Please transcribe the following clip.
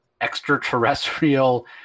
extraterrestrial